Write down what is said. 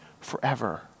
Forever